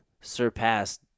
surpassed